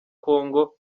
congo